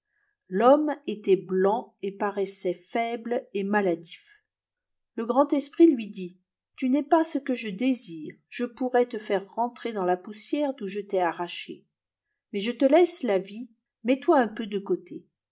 l'homme était blanc et paraissait faible et maladif le grand esprit lui dit tu n'es pas ce que je désire je pourrais te faire rentrer dans la poussière d'où je t'ai arraché mais je te laisse la vie mets-toi un peu de côté